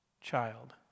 child